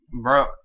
Bro